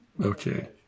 Okay